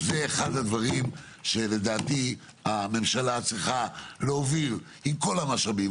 זה אחד הדברים שלדעתי הממשלה צריכה להוביל עם כל המשאבים,